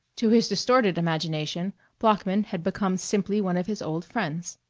to his distorted imagination bloeckman had become simply one of his old friends.